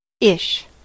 Ish